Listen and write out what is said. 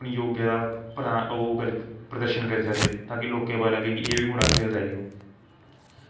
अपनी योग्य दा परा ओह् प्रदर्शन करी सकदे ताकि लोकें ई पता लग्गै कि एह् बी मुड़ा खेलदा ई ओह्